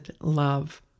love